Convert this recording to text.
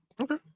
Okay